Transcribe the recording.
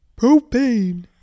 propane